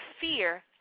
fear